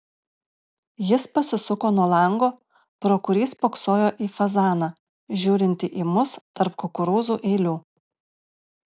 jis pasisuko nuo lango pro kurį spoksojo į fazaną žiūrintį į mus tarp kukurūzų eilių